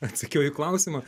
atsakiau į klausimą